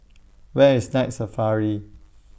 Where IS Night Safari